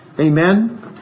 Amen